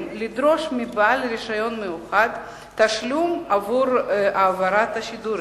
לדרוש מבעל רשיון מיוחד תשלום עבור העברת השידורים.